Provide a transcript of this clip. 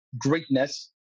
greatness